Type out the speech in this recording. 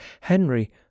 Henry